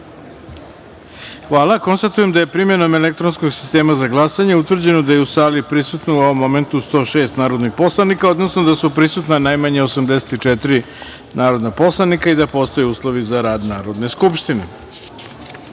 Hvala. Konstatujem da je primenom elektronskog sistema za glasanje utvrđeno da je u sali prisutno u ovom momentu 106 narodnih poslanika, odnosno da su prisutna najmanje 84 narodna poslanika i da postoje uslovi za rad Narodne skupštine. Da